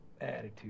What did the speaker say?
attitude